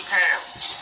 pounds